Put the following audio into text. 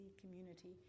community